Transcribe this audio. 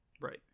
Right